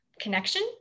connection